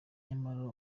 nyamara